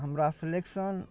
हमरा सेलेक्शन